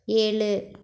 ஏழு